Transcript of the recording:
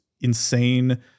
insane